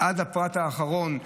עד הפרט האחרון,